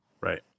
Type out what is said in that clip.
Right